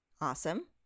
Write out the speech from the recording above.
Awesome